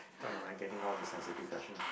I'm like getting all the sensitive question